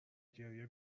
گریه